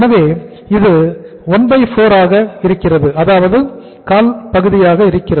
எனவே இது 14 ஆக இருக்கும்